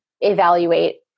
evaluate